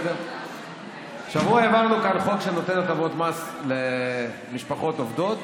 השבוע העברנו כאן חוק שנותן הטבות מס למשפחות עובדות,